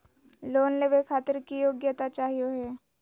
Loan लेवे खातीर की योग्यता चाहियो हे?